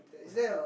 ya